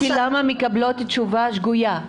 לא הבנתי למה מקבלות תשובה שגויה.